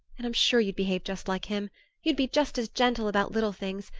and i'm sure you'd behave just like him you'd be just as gentle about little things,